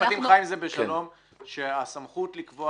משרד המשפטים חי עם זה בשלום שהסמכות לקבוע